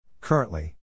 Currently